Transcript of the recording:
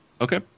Okay